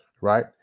right